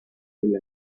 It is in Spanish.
del